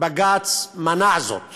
בג"ץ מנע זאת